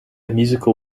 musical